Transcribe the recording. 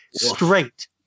straight